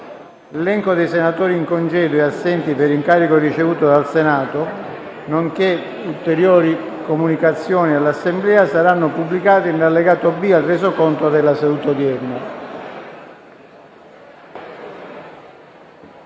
L'elenco dei senatori in congedo e assenti per incarico ricevuto dal Senato, nonché ulteriori comunicazioni all'Assemblea saranno pubblicati nell'allegato B al Resoconto della seduta odierna.